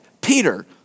Peter